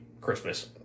Christmas